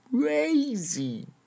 crazy